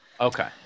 Okay